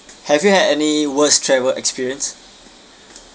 have you had any worst travel experience